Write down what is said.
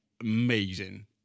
amazing